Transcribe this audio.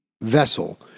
vessel